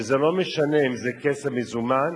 ולא משנה אם זה כסף מזומן